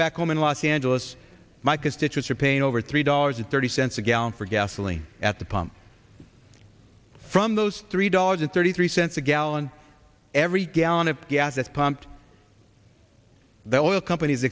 back home in los angeles my constituents are paying over three dollars to thirty cents a gallon for gasoline at the pump from those three dollars a thirty three cents a gallon every gallon of gas pumped that oil companies